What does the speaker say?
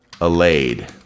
allayed